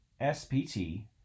SPT